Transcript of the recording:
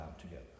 together